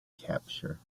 capture